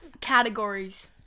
categories